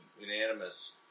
unanimous